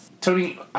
Tony